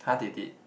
[huh] they did